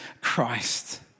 Christ